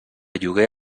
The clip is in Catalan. lloguer